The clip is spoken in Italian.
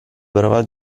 brava